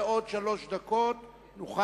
46 בעד, 56 נגד, אין נמנעים.